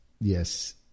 Yes